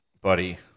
buddy